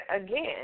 again